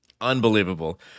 Unbelievable